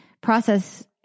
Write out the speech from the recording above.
process